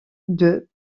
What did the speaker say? deux